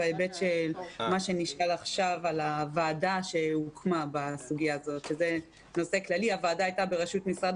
הוועדה שהוקמה בנושא הייתה של משרד